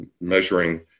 measuring